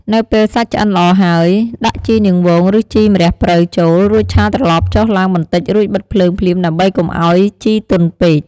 នៅពេលសាច់ឆ្អិនល្អហើយ ដាក់ជីនាងវងឬជីម្រះព្រៅចូល រួចឆាត្រឡប់ចុះឡើងបន្តិច រួចបិទភ្លើងភ្លាម ដើម្បីកុំឱ្យជីទន់ពេក។